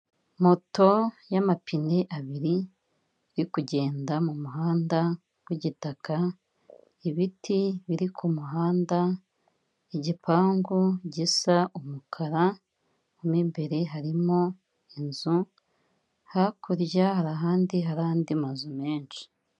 Moto y'amapine abiri iri kugenda mu muhanda w'igitaka, ibiti biri ku muhanda, igipangu gisa umukara, mo imbere harimo inzu, hakurya hari ahandi hari andi mazu menshi.